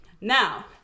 Now